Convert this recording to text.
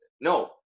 no